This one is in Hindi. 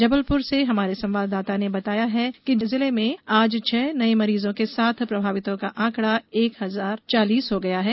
जबलपुर से हमारी संवाददाता ने बताया है कि जिले में आज छह नये मरीजों के साथ प्रभावितों का आंकड़ा एक हजार चालीस हो गया है